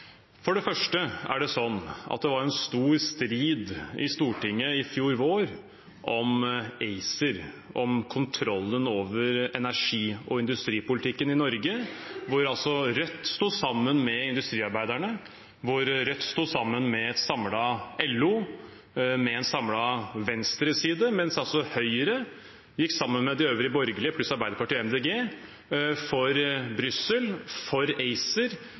er det sånn at det var en stor strid i Stortinget i fjor vår om ACER, om kontrollen over energi- og industripolitikken i Norge. Rødt sto da sammen med industriarbeiderne, med et samlet LO, med en samlet venstreside, mens Høyre gikk sammen med de øvrige borgerlige partiene pluss Arbeiderpartiet og Miljøpartiet De Grønne for Brussel og for ACER.